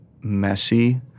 messy